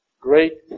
great